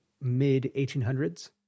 mid-1800s